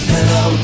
Hello